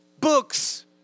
books